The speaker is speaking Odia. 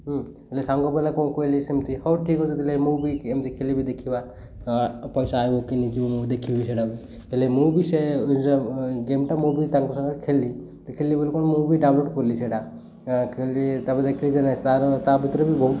ହେଲେ ସାଙ୍ଗ ବୋଇଲେ କ'ଣ କହିଲି ସେମିତି ହଉ ଠିକ୍ ଅଛି ହେଲେ ମୁଁ ବି ଏମିତି ଖେଲିବି ଦେଖିବା ପଇସା ଆଇବ କି ନାଇ ଯେ ମୁଁ ଦେଖିବି ସେଇଟା ବି ହେଲେ ମୁଁ ବି ସେ ଗେମ୍ଟା ମୁଁ ବି ତାଙ୍କ ସାଙ୍ଗରେ ଖେଳି ଖେଳିଲିି ବୋଲି କ'ଣ ମୁଁ ବି ଡାଉନ୍ଲୋଡ଼୍ କଲି ସେଇଟା ଖେିଲି ତା'ପରେ ଦେଖିଲି ଯେନେ ତା'ର ତା ଭିତରେ ବି ବହୁତ